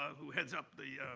who heads up the,